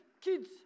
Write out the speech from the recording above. kids